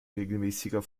regelmäßiger